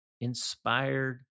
inspired